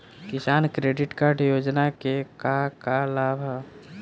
किसान credit card योजना के का का लाभ ह?